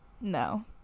No